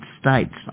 States